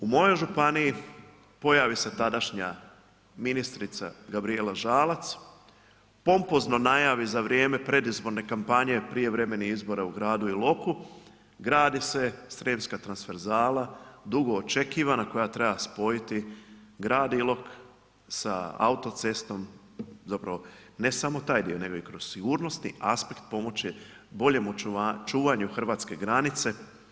U mojoj županiji pojavi se tadašnja ministrica Gabrijela Žalac, pompozno najavi za vrijeme predizborne kampanje prijevremenih izbora u gradu Iloku, gradi se središnja transverzala, dugoočekivana koja treba spojiti grad Ilok sa autocestom, zapravo, ne samo taj dio nego i kroz sigurnosni aspekt pomoći boljem, čuvanju hrvatske granice.